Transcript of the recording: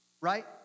right